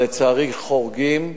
אבל, לצערי, חורגים,